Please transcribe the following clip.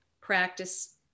practice